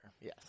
yes